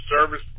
service